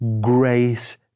Grace